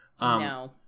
No